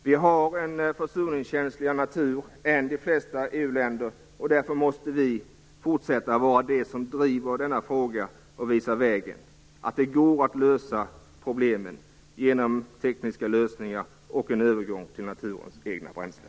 Vi har en försurningskänsligare natur än vad de flesta andra EU-länderna har. Därför måste vi fortsätta att vara de som driver denna fråga, som visar vägen, som visar att det går att lösa problemen genom tekniska lösningar och genom övergång till naturens egna bränslen.